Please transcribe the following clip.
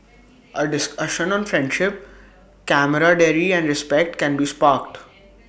A discussion on friendship camaraderie and respected